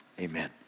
amen